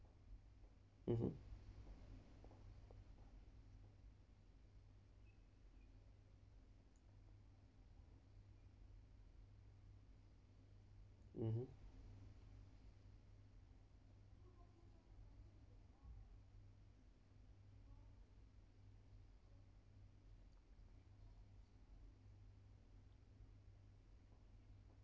mmhmm mmhmm